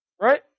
Right